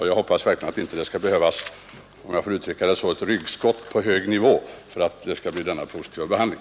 Jag hoppas verkligen att det inte skall behövas, om jag får uttrycka det så, ett ryggskott på hög nivå för att snabbt få fram denna positiva behandling.